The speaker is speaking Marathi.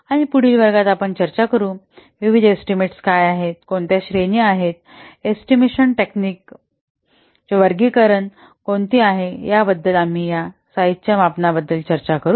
आणि पुढील वर्गात आपण चर्चा करू विविध एस्टीमेट काय आहेत कोणत्या श्रेणी आहेत एस्टिमेशन टेक्निक चे वर्गीकरणे कोणती आहे याबद्दलही आम्ही या साइजच्या मापनाबद्दल चर्चा करू